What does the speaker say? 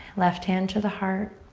left hand to the heart.